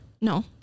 No